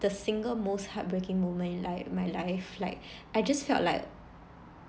the single most heartbreaking moment in like my life like I just felt like